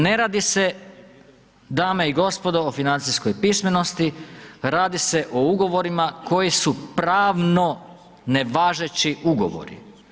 Ne radi se dame i gospodo, o financijskoj pismenosti, radi se o ugovorima koji su pravno nevažeći ugovori.